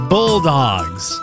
Bulldogs